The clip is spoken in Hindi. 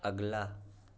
अगला